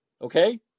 Okay